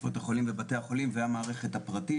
קופות החולים ובתי החולים והמערכת הפרטית